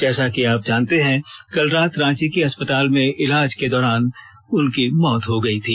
जैसा कि आप जानते हैं कि कल रात रांची के अस्पताल में इलाज के दौरान मौत हो गई थी